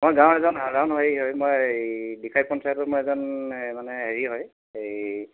মই গাঁৱৰ এজন সাধাৰণ হেৰি হয় মই পঞ্চায়ত মই এজন মানে হেৰি হয় এই